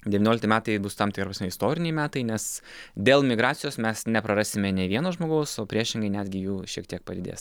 devyniolikti metai bus tam istoriniai metai nes dėl migracijos mes neprarasime nei vieno žmogaus o priešingai netgi jų šiek tiek padidės